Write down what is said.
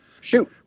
Shoot